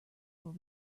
will